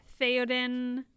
Theoden